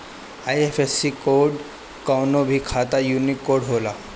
IFSC code कवनो भी खाता यूनिक नंबर होला